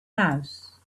house